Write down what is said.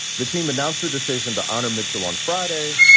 the team announced the decision to honor mitchell on friday,